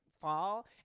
fall